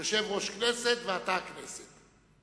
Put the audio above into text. יושב-ראש כנסת ואתה הכנסת.